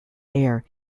air